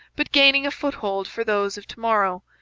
but gaining a foot-hold for those of to-morrow.